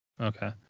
Okay